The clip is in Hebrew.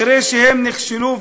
אחרי שהם נכשלו,